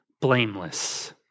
blameless